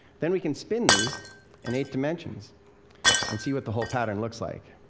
then we can spin these in eight dimensions and see what the whole pattern looks like.